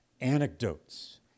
anecdotes